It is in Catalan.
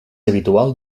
habitual